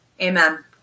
Amen